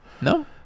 No